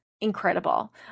incredible